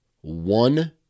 one